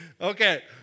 okay